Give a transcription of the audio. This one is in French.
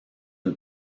une